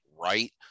right